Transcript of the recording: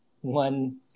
one